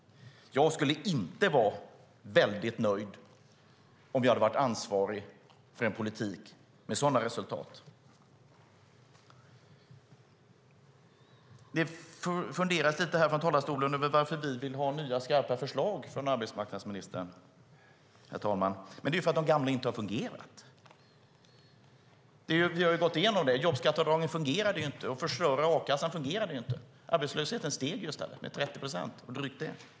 Jag skulle inte vara väldigt nöjd om jag hade varit ansvarig för en politik med sådana resultat. Herr talman! Det funderas lite grann här från talarstolen över varför vi vill ha nya skarpa förslag från arbetsmarknadsministern. Men det är för att de gamla inte har fungerat. Vi har gått igenom det. Jobbskatteavdragen fungerade inte. Att förstöra a-kassan fungerade inte heller. Arbetslösheten steg i stället med drygt 30 procent.